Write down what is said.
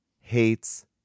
Hates